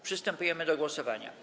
Przystępujemy do głosowania.